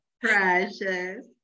Precious